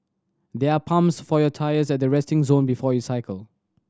there are pumps for your tyres at the resting zone before you cycle